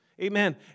Amen